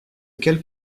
quelque